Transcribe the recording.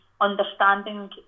understanding